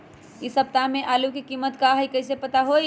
इ सप्ताह में आलू के कीमत का है कईसे पता होई?